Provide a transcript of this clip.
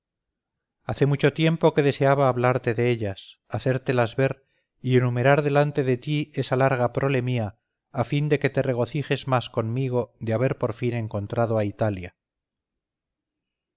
hace mucho tiempo que deseaba hablarte de ellas hacértelas ver y enumerar delante de ti esa larga prole mía a fin de que te regocijes más conmigo de haber por fin encontrado a italia